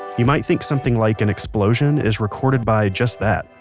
you might think something like an explosion is recorded by just that,